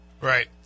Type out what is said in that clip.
Right